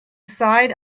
side